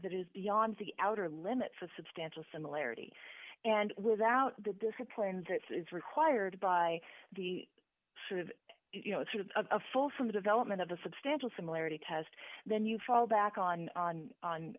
that is beyond the outer limits of substantial similarity and without the discipline that is required by the sort of you know through a fulsome development of a substantial similarity test then you fall back on on